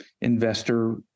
investor